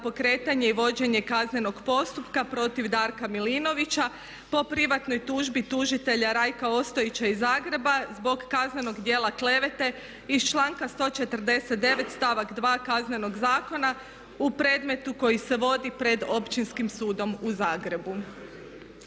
pokretanje i vođenje kaznenog postupka protiv Darka Milinovića po privatnoj tužbi tužitelja Rajka Ostojića iz Zagreba zbog kaznenog djela klevete iz članka 149.st.2 Kaznenog zakona u predmetu koji se vodi pred Općinskim sudom u Zagrebu.